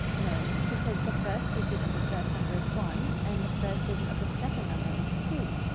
no because the first digit of the first number is one and the first digit of the second number is two.